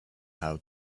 how